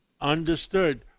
Understood